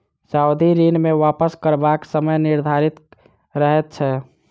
सावधि ऋण मे वापस करबाक समय निर्धारित रहैत छै